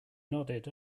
nodded